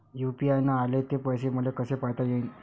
UPI न आले ते पैसे मले कसे पायता येईन?